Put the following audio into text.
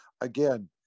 again